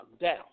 down